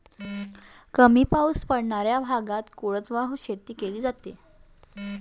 कमी पाऊस पडणाऱ्या भागात कोरडवाहू शेती केली जाते